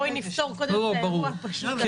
בואי נפתור קודם את האירוע הפשוט הזה.